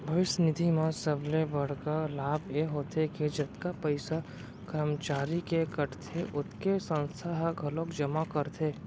भविस्य निधि म सबले बड़का लाभ ए होथे के जतका पइसा करमचारी के कटथे ओतके संस्था ह घलोक जमा करथे